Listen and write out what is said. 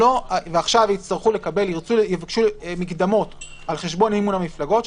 ועכשיו יבקשו מקדמות על חשבון מימון המפלגות שלהם,